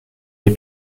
les